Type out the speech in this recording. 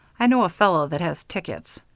i know a fellow that has tickets.